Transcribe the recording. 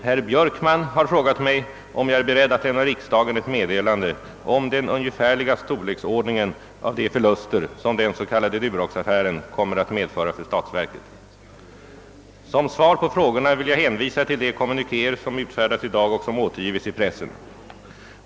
Herr Björkman har frågat mig, om jag är beredd att lämna riksdagen ett meddelande om den ungefärliga storleksordningen av de förluster som den s.k. Duroxaffären kommer att medföra för statsverket. Som svar på frågorna vill jag hänvisa till de kommunikéer som utfärdats i dag och som återgivits i pressen.